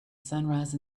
sunrise